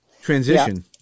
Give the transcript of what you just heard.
transition